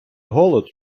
голод